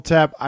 Tap